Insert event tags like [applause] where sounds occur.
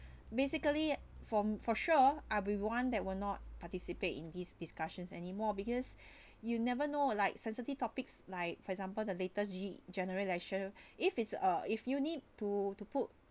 [breath] basically for for sure uh we want that were not participated in these discussions anymore because [breath] you never know like sensitive topics like for example the latest ge~ general election [breath] if it's uh if you need to to put